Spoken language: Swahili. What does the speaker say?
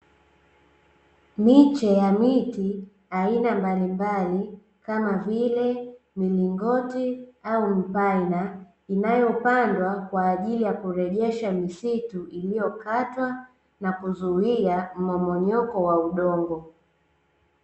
Miche ya miti aina mbalimbali kama vile milingoti au mpaina inayopandwa kwa ajili ya kurejesha misitu iliyokatwa na kuzuia mmomonyoko wa udongo.